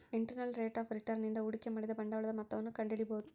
internal rate of return ನಿಂದ ಹೂಡಿಕೆ ಮಾಡಿದ ಬಂಡವಾಳದ ಮೊತ್ತವನ್ನು ಕಂಡಿಡಿಬೊದು